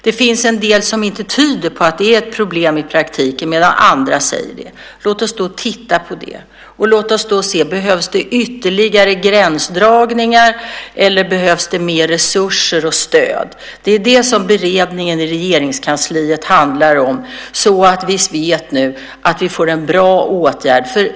Det finns en del som tyder på att det inte är ett problem i praktiken, medan annat tyder på att det är det. Låt oss därför titta på det och se om det behövs ytterligare gränsdragningar eller om det behövs mer resurser och stöd. Det är det som beredningen i Regeringskansliet handlar om, alltså att vi nu vet att vi får fram en bra åtgärd.